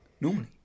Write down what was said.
normally